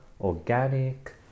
organic